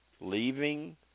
leaving